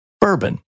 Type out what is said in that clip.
bourbon